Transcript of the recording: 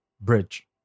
Bridge